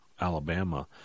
Alabama